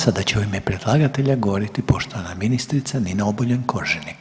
Sada će u ime predlagatelja govoriti poštovana ministrica Nina Obuljen Koržinek.